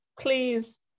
please